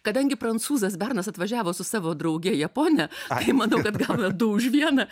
kadangi prancūzas bernas atvažiavo su savo drauge japone tai manau kad gavę du už vieną